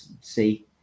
see